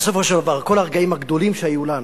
בסופו של דבר כל הרגעים הגדולים שהיו לנו